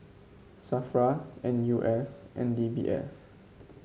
Safra N U S and D B S